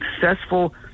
successful